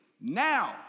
now